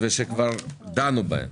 וכבר דנו בהם